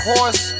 Horse